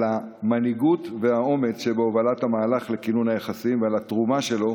על המנהיגות והאומץ שבהובלת המהלך לכינון היחסים ועל התרומה שלו